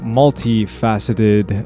multifaceted